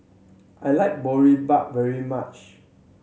I like Boribap very much